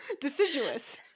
deciduous